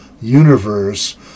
universe